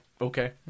Okay